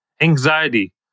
anxiety